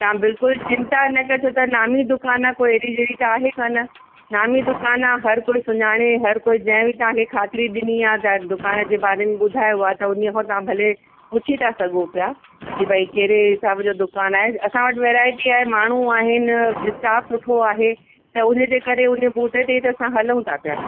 तव्हां बिल्कुलु चिंता न कजो त नामी दुकान आहे कोई अहिड़ी जहिड़ी त आहे कोन नामी दुकानु आ्हे हर कोई सुञाणे हर कोई जंहिं बि तव्हांखे खातिरी ॾिनी आहे तव्हांखे दुकान जे बारे में ॿुधायो आहे त उन खां तव्हां भले पुछी था सघो पिया की भई कहिड़े हिसाब जो दुकानु आहे असां वटि वैरायटी आहे माण्हू आहिनि स्टाफ सुठो आहे त उन जे करे हुने बूते ते ई त असां हलूं था पिया